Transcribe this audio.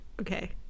Okay